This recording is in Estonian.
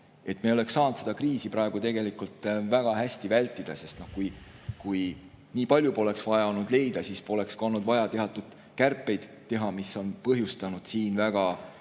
Me oleks saanud seda kriisi praegu väga hästi vältida, sest kui nii palju [raha] poleks vaja olnud leida, siis poleks ka olnud vaja teha teatud kärpeid, mis on põhjustanud siin väga,